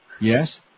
Yes